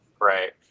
Right